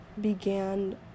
began